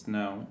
now